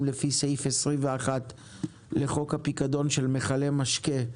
לפי סעיף 21 לחוק הפיקדון על מכלי משקה.